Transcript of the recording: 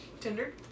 Tinder